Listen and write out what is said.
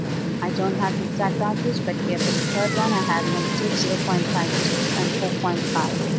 i don't have the exact values, but here for the third one, i have negative zero point five two and four point five.